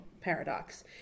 paradox